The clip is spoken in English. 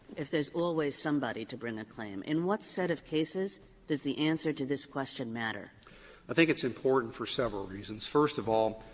if there's always somebody to bring a claim? in what set of cases does the answer to this question matter? duggan i think it's important for several reasons. first of all,